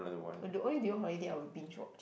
only during holiday I will binge watch